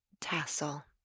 tassel